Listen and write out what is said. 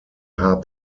hub